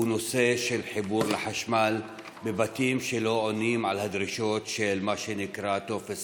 הנושא של חיבור לחשמל בבתים שלא עונים על הדרישות של מה שנקרא טופס